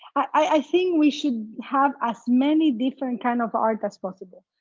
i think we should have as many different kind of art as possible.